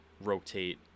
rotate